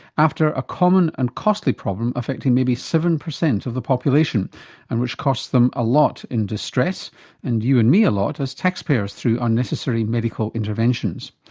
after a common and costly problem affecting maybe seven percent of the population and which costs them a lot in distress and you and me a lot as taxpayers through unnecessary medical interventions.